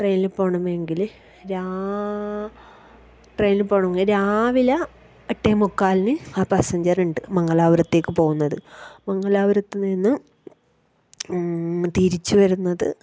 ട്രെയിനിൽ പോകണമെങ്കിൽ രാ ട്രെയിനില് പോകണമെങ്കിൽ രാവിലെ എട്ടേ മുക്കാലിന് ആ പാസ്സഞ്ചറ് ഉണ്ട് മംഗലാപുരത്തേക്ക് പോകുന്നത് മംഗലാപുരത്ത് നിന്ന് തിരിച്ച് വരുന്നത്